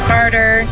Carter